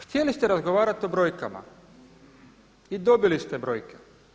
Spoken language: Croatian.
Htjeli ste razgovarati o brojkama i dobili ste brojke.